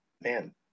Man